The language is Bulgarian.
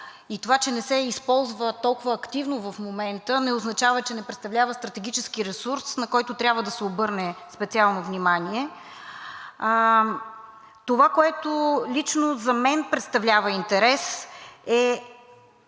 и това, че не се използва толкова активно в момента, не означава, че не представлява стратегически ресурс, на който трябва да се обърне специално внимание. Това, което лично за мен представлява интерес, е